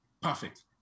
Perfect